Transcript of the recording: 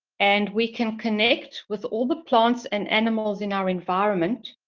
and we can connect with all the plants and animals in our environment,